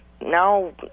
now